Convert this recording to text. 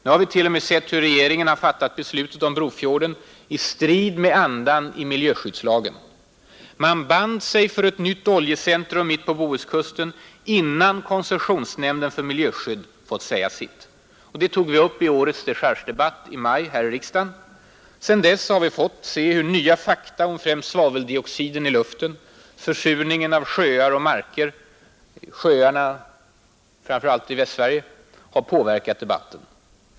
Nu har vi t.o.m. sett hur regeringen fattade beslutet om Brofjorden i strid med andan i miljöskyddslagen. Man band sig för ett nytt oljecentrum mitt på Bohuskusten innan koncessionsnämnden för miljöskydd hade fått säga sitt. Det tog vi upp i årets dechargedebatt i maj här i riksdagen. Vi har fått se hur nya fakta om främst svaveldioxiden i luften och försurningen av sjöar — framför allt i Västsverige — och marker har påverkat debatten.